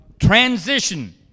Transition